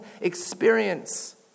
experience